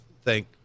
thank